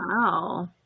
wow